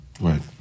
Right